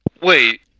Wait